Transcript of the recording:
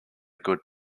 good